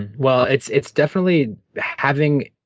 and well, it's it's definitely having,